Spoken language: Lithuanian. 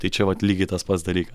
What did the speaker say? tai čia vat lygiai tas pats dalykas